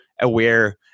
aware